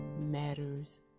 Matters